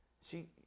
See